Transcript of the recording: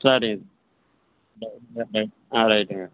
சரிங்க ஆ ரைட்டுங்க